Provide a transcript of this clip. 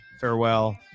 Farewell